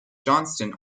johnston